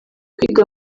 kwiga